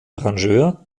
arrangeur